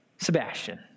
Sebastian